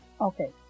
Okay